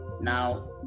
Now